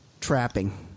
trapping